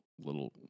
little